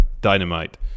Dynamite